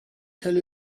tell